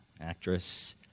Actress